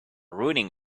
ruining